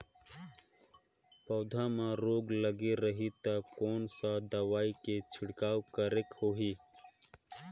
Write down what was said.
पौध मां रोग लगे रही ता कोन सा दवाई के छिड़काव करेके होही?